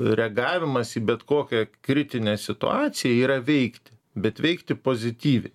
reagavimas į bet kokią kritinę situaciją yra veikti bet veikti pozityviai